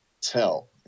tell